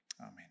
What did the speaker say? amen